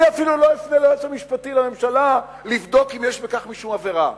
אני אפילו לא אפנה ליועץ המשפטי לממשלה לבדוק אם יש בכך משום עבירה,